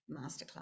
masterclass